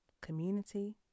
community